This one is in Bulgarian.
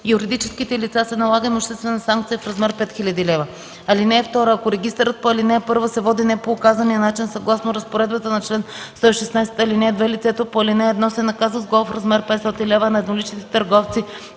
юридическите лица се налага имуществена санкция в размер 5000 лв. (2) Ако регистърът по ал. 1 се води не по указания начин съгласно разпоредбата на чл. 116, ал. 2, лицето по ал. 1 се наказва с глоба в размер 500 лв., а на едноличните търговци